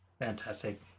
Fantastic